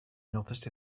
noticed